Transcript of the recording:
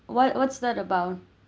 what what's that about